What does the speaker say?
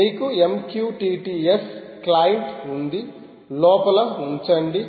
మీకు MQTT S client ఉందిలోపల ఉంచండి